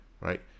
right